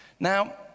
Now